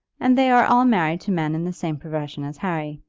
and they are all married to men in the same profession as harry.